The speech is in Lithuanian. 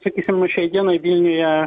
sakysim šiai dienai vilniuje